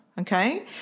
okay